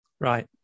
Right